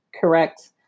correct